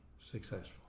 successful